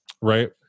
right